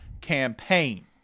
campaign